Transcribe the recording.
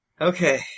Okay